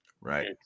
Right